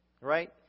right